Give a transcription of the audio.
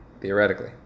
theoretically